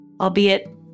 albeit